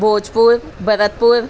Bhojpur Bharatpur